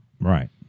Right